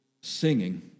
singing